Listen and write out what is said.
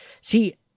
See